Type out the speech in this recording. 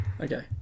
Okay